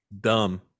Dumb